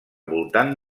voltant